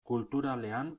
kulturalean